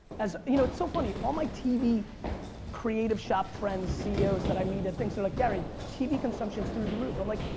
you know it's so funny all my tv creative shop friends ceos that i meet at things they're like, gary tv consumption is through the roof. i'm like,